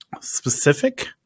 Specific